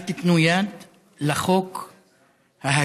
אל תיתנו יד לחוק ההזוי,